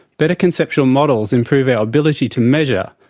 better conceptual models improve our ability to measure,